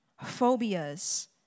phobias